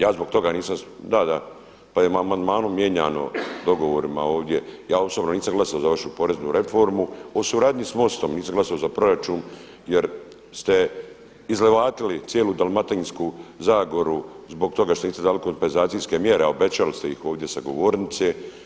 Ja zbog toga nisam, da, da, pa je amandmanom mijenjano dogovorima ovdje, ja osobno nisam glasovao za vašu poreznu reformu, o suradnji s MOST-om, nisam glasovao za proračun jer ste izlevatili cijelu Dalmatinsku zagoru zbog toga što niste dali kompenzacijske mjere a obećali ste ih ovdje sa govornice.